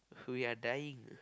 we are dying